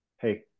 Hey